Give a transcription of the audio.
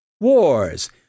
Wars